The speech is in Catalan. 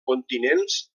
continents